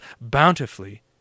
bountifully